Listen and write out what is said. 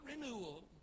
renewal